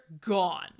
gone